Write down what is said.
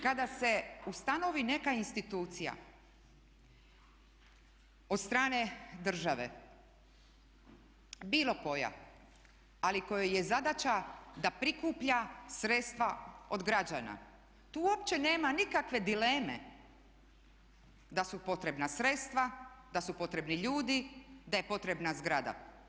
Kada se ustanovi neka institucija od strane države bilo koja, ali kojoj je zadaća da prikuplja sredstva od građana tu uopće nema nikakve dileme da su potrebna sredstva, da su potrebni ljudi, da je potrebna zgrada.